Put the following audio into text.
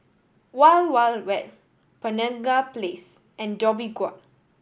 Wild Wild Wet Penaga Place and Dhoby Ghaut